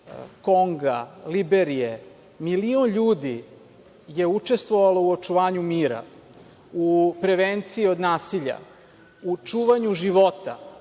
Konga, Liberije, milion ljudi je učestvovalo u očuvanju mira, u prevenciji od nasilja, u čuvanju života.